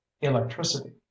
electricity